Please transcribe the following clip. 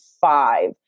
five